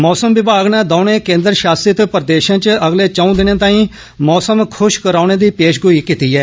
मौसम विभाग नै दौनें केन्द्र शासित प्रदेशें च अगले चौंऊ दिनें ताईं मौसम खुशक रौहने दी पेशगोई कीती ऐ